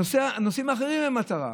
הנושאים האחרים הם המטרה.